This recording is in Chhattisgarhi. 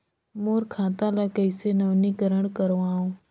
मोर खाता ल कइसे नवीनीकरण कराओ?